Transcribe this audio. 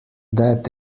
that